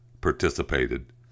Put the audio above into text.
participated